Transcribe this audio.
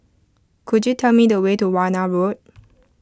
could you tell me the way to Warna Road